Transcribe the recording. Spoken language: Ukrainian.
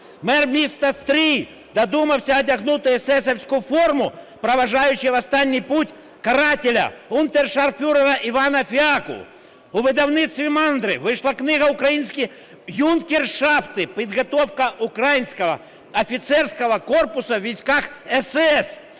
Мер міста Стрий додумався одягнути есесівську форму, проводжаючи в останній путь карателя унтершарфюрера Івана Фіалку. У видавництві "Мандри" вийшла книга "Українські юнкершафти: підготовка українського офіцерського корпусу у військах СС".